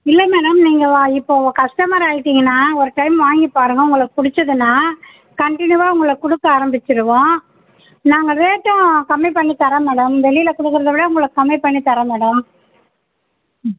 இல்லைங்க மேடம் நீங்கள் வ இப்போ கஸ்ட்டமர் ஆகிட்டீங்கன்னா ஒரு டைம் வாங்கிப் பாருங்கள் உங்களுக்கு பிடிச்சுதுன்னா கன்ட்டினியூவாக உங்களுக்கு கொடுக்க ஆரம்பிச்சுருவோம் நாங்கள் ரேட்டும் கம்மி பண்ணித்தரோம் மேடம் வெளியில் கொடுக்கறத விட உங்களுக்கு கம்மி பண்ணி தரேன் மேடம் ம்